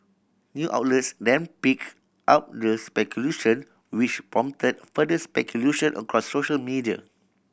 new outlets them pick up the speculation which prompted further speculation across social media